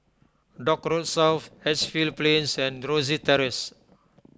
Dock Road South Edgefield Plains and Rosyth Terrace